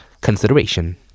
Consideration